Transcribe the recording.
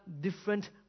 different